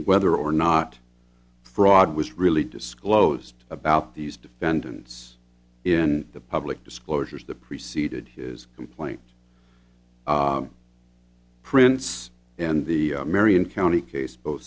whether or not fraud was really disclosed about these defendants in the public disclosures that preceded his complaint prince and the marion county case both